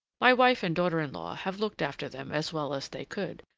my wife and daughter-in-law have looked after them as well as they could,